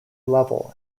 level